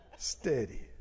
Steady